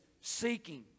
seeking